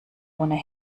ohne